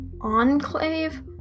Enclave